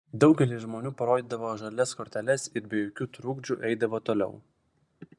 daugelis žmonių parodydavo žalias korteles ir be jokių trukdžių eidavo toliau